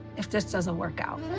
if this doesn't work out.